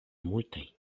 multaj